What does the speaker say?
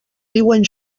diuen